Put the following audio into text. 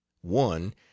one